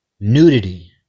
nudity